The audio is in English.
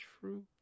true